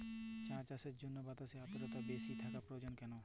চা চাষের জন্য বাতাসে আর্দ্রতা বেশি থাকা প্রয়োজন কেন?